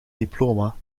diploma